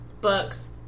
books